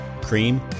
cream